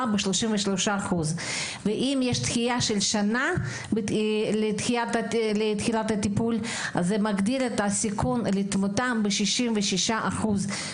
ב-33% ושדחייה של שנה עד לתחילת הטיפול מגדילה את הסיכון לתמותה ב-66%.